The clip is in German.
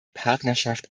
partnerschaft